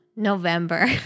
November